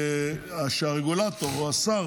כדי שהרגולטור או השר,